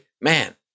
man